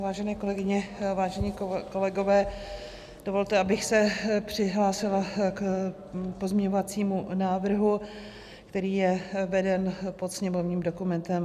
Vážené kolegyně, vážení kolegové, dovolte, abych se přihlásila k pozměňovacímu návrhu, který je veden pod sněmovním dokumentem 4726.